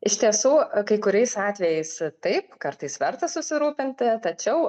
iš tiesų kai kuriais atvejais taip kartais verta susirūpinti tačiau